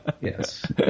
Yes